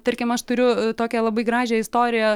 tarkim aš turiu tokią labai gražią istoriją